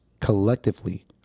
collectively